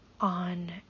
on